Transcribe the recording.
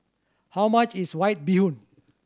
how much is White Bee Hoon